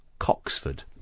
coxford